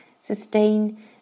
Sustain